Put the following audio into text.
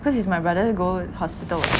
cause is my brother go hospital [what]